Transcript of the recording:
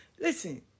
Listen